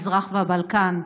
המזרח והבלקן.